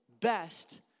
best